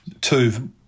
two